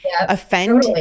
offend